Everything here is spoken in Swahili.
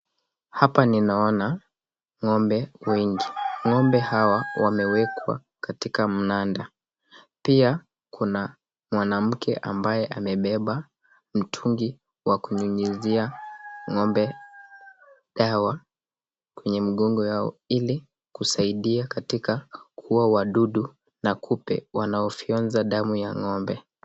Hapa ninaona ng'ombe wengi, ng'ombe hawa wamewekwa katika mnada, pia kuna mwanamke ambaye amebeba mtungi wa kunyunyizia ng'ombe dawa kwenye mgongo yao ili kusaidia kuua wadudu na kupe wanaofyonza damu ya ng'ombe.